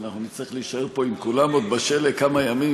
אנחנו עוד נצטרך להישאר פה עם כולם בשלג כמה ימים,